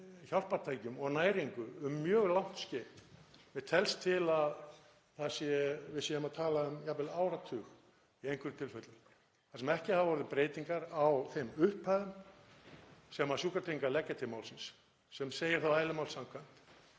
hjálpartækjum og næringu um mjög langt skeið. Mér telst til að við séum að tala um jafnvel áratug í einhverjum tilfellum þar sem ekki hafa orðið breytingar á þeim upphæðum sem Sjúkratryggingar leggja til málsins, sem segir þá eðli máls